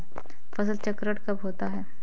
फसल चक्रण कब होता है?